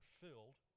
filled